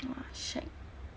!wah! shag